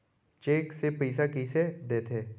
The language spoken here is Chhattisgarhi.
चेक से पइसा कइसे देथे?